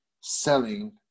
selling